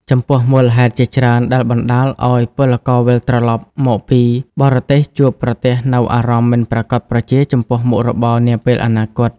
ចំពោះមូលហេតុជាច្រើនដែលបណ្តាលឱ្យពលករវិលត្រឡប់មកពីបរទេសជួបប្រទះនូវអារម្មណ៍មិនប្រាកដប្រជាចំពោះមុខរបរនាពេលអនាគត។